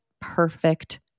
perfect